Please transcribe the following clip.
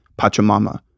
Pachamama